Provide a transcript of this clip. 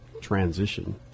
transition